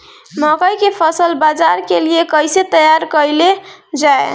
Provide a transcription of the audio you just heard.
मकई के फसल बाजार के लिए कइसे तैयार कईले जाए?